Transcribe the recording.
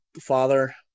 father